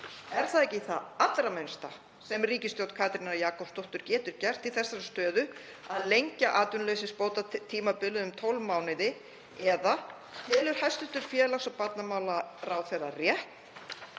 Er ekki það allra minnsta sem ríkisstjórn Katrínar Jakobsdóttur getur gert í þessari stöðu að lengja atvinnuleysisbótatímabilið um 12 mánuði? Eða telur hæstv. félags- og barnamálaráðherra rétt